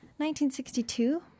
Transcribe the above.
1962